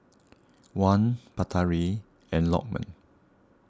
Wan Batari and Lokman